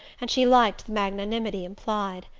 and she liked the magnanimity implied.